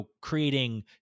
creating